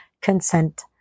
consent